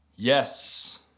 Yes